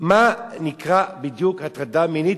מה נקרא בדיוק הטרדה מינית.